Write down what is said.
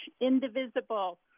Indivisible